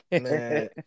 Man